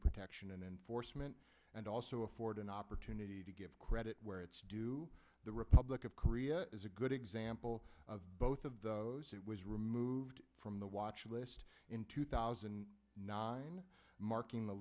protection and enforcement and also afford an opportunity to give credit where it's due the republic of korea is a good example of both of those it was removed from the watch list in two thousand and nine marking the